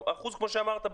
כמו שאמרת,